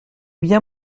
bien